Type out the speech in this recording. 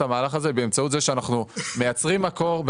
המהלך הזה היא באמצעות זה שאנחנו מייצרים מקור,